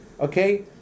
okay